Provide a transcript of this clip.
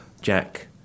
Jack